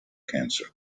cancer